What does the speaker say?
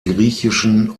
griechischen